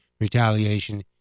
retaliation